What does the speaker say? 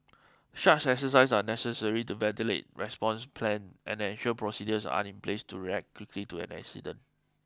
such exercises are necessary to validate response plan and ensure procedures are in place to react quickly to an incident